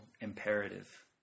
imperative